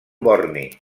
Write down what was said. borni